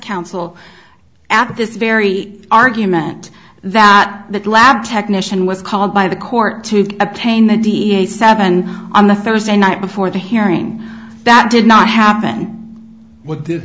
counsel added this very argument that that lab technician was called by the court to obtain the da sat and on the thursday night before the hearing that did not happen with th